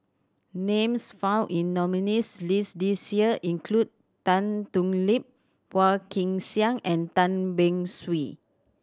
names found in nominees' list this year include Tan Thoon Lip Phua Kin Siang and Tan Beng Swee